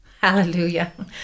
Hallelujah